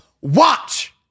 watch